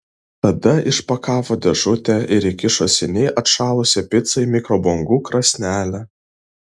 tada išpakavo dėžutę ir įkišo seniai atšalusią picą į mikrobangų krosnelę